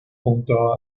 junto